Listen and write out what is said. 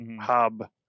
hub